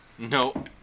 No